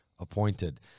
appointed